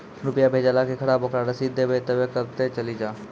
रुपिया भेजाला के खराब ओकरा रसीद देबे तबे कब ते चली जा?